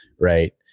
right